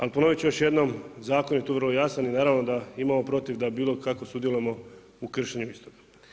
Ali ponovit ću još jednom zakon je tu vrlo jasan i naravno da imamo protiv da bilo kako sudjelujemo u kršenju istoga.